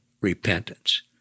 repentance